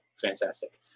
Fantastic